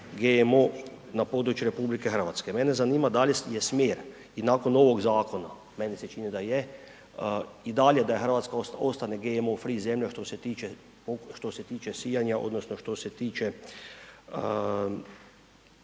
GMO na području RH. Mene zanima da li je smjer i nakon ovog zakona, meni se čini da je i dalje da Hrvatska ostane GMO free zemlja što se tiče sijanja odnosno što se tiče